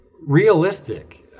realistic